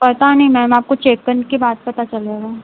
पता नहीं मैम आपको चेक करने के बाद पता चलेगा